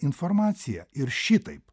informaciją ir šitaip